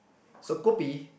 so kopi